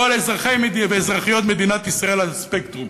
כל אזרחי ואזרחיות מדינת ישראל על הספקטרום,